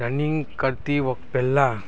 running કરતી પહેલાં